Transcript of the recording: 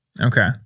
Okay